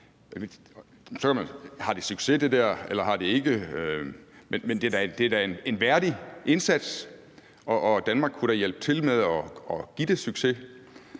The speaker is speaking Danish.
Har det succes, eller har det ikke? Men det er da en værdig indsats, og Danmark kunne da hjælpe til med at give det succes.